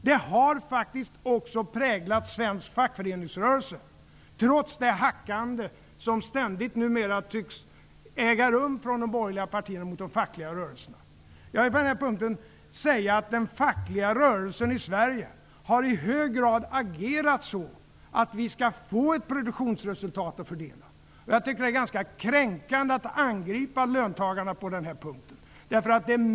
Det har faktiskt också präglat svensk fackföreningsrörelse, vill jag påstå, trots det hackande på den fackliga rörelsen som ständigt numera tycks äga rum från de borgerliga partiernas sida. Den fackliga rörelsen i Sverige har i hög grad agerat så, att vi skall få ett produktionsresultat att fördela. Det är ganska kränkande att angripa löntagarna på den här punkten.